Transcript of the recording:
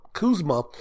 Kuzma